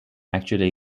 actually